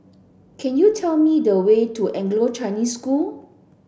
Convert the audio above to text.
can you tell me the way to Anglo Chinese School